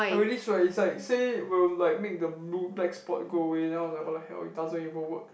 i really swear it's like say will like make the blue black spot go away then I was like what the hell it doesn't even work